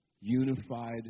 unified